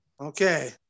Okay